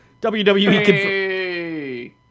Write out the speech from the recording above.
WWE